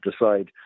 decide